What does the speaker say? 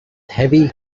heavy